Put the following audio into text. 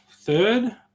third